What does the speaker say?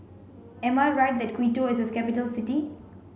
am I right that Quito is a capital city